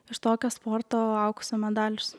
iš tokio sporto aukso medalius